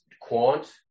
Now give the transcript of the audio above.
Quant